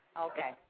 Okay